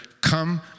come